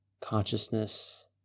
consciousness